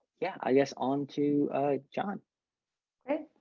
yeah, i guess on to john okay,